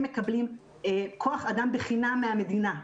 הם מקבלים כוח-אדם בחינם מהמדינה.